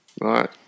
Right